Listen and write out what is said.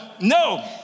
no